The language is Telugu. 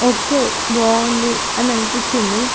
ఓకే బావుంది అని అనిపించింది